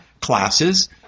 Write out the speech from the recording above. classes